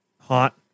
hot